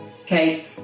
Okay